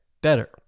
better